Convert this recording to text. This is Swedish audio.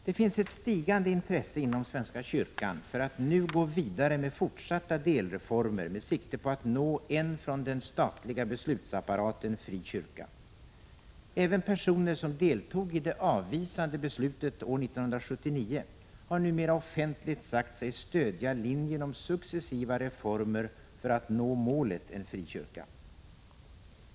Det finns ett stigande intresse inom svenska kyrkan för att nu gå vidare med fortsatta delreformer med sikte på att nå en från den statliga beslutsapparaten fri kyrka. Även personer som deltog vid det avvisande beslutet år 1979 har numera offentligt sagt sig stödja linjen om successiva reformer för att nå målet en fri kyrka.